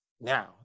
Now